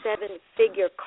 seven-figure